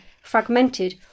fragmented